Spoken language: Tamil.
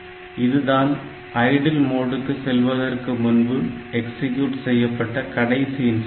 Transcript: இதுதான் ஐடில் மோடுக்கு செல்வதற்கு முன்பு எக்ஸிக்யூட் செய்யப்பட்ட கடைசி இன்ஸ்டிரக்ஷன்